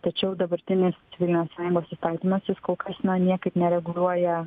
tačiau dabartinis civilinės sąjungos įstatymas jis kol kas na niekaip nereguliuoja